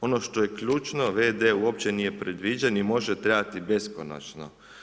Ono što je ključno v.d. uopće nije predviđen i može trajati beskonačno.